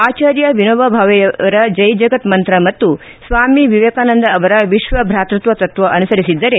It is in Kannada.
ಆಚಾರ್ಯ ವಿಸೋಬಾ ಭಾವೆಯವರ ಜೈಜಗತ್ ಮಂತ್ರ ಮತ್ತು ಸ್ವಾಮಿ ವಿವೇಕಾನಂದ ಅವರ ವಿಶ್ವ ಭಾತೃತ್ವ ತತ್ವ ಅನುಸರಿಸಿದ್ದರೆ